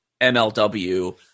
MLW